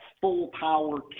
full-power